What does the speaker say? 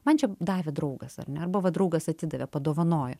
man čia davė draugas ar ne arba va draugas atidavė padovanojo